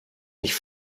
nicht